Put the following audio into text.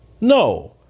No